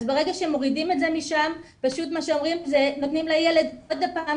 אז ברגע שמורידים את זה משם פשוט נותנים לילד עוד פעם